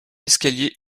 escalier